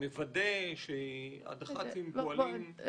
שמוודא שהדח"צים פועלים --?